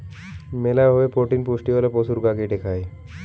মেলা ভাবে প্রোটিন পুষ্টিওয়ালা পশুর গা কেটে খায়